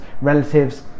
relatives